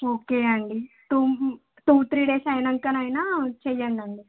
okay అండి two two three days అయినాక అయినా చెయ్యండండి